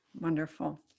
Wonderful